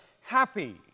happy